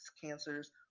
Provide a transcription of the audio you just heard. cancers